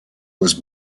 was